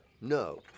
No